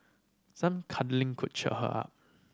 some cuddling could cheer her up